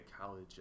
college